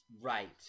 Right